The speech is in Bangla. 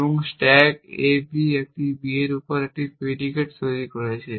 এবং স্ট্যাক a b একটি b এর উপর এই প্রিডিকেট তৈরি করছে